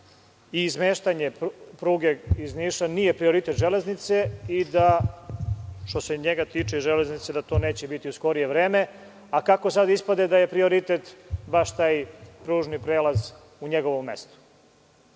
i izmeštanje pruge iz Niša nije prioritet „Železnice“ i da, što se njega tiče, to neće biti u skorije vreme. Kako sada ispade da je prioritet baš taj pružni prelaz u njegovom mestu?